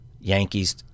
Yankees